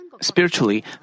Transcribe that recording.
spiritually